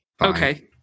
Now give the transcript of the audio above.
Okay